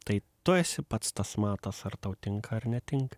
tai tu esi pats tas matas ar tau tinka ar netinka